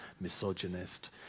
misogynist